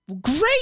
Great